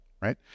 Right